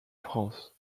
france